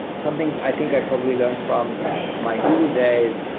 something i think i probably learned from my google days,